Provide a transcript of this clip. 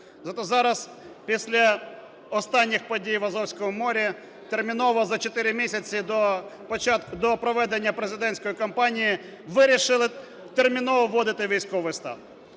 Зате зараз після останніх подій в Азовському морі терміново за 4 місяців до проведення президентської кампанії вирішили терміново вводити військовий стан.